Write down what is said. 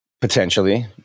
Potentially